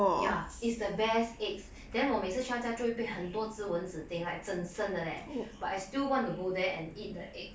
ya it's the best eggs then 我每次去她家被很多只蚊子叮 like 整身的 leh but I still want to go there and eat the egg